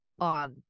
on